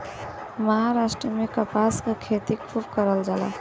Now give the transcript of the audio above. महाराष्ट्र में कपास के खेती खूब करल जाला